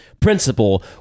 principle